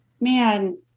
man